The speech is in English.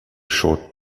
short